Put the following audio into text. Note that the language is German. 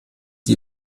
die